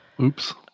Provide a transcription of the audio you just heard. Oops